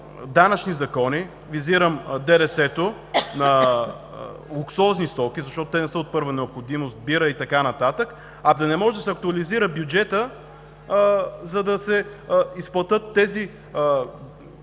данъчни закони – визирам ДДС-то на луксозни стоки, защото те не са от първа необходимост – бира и така нататък, а да не може да се актуализира бюджетът, за да се изплатят тези